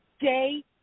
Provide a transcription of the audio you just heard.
day